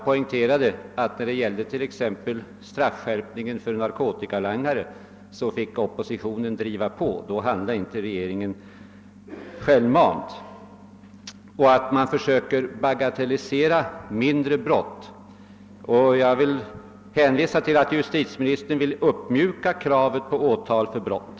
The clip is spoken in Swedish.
När det exempelvis gäller straffskärpningen för narkotikalangare var det oppositionen som drev på. Då handlade inte regeringen självmant. Vidare sade jag att man nu vill bagatellisera mindre brott. Jag hänvisade där till att justitieministern vill uppmjuka kravet på åtal för vissa brott.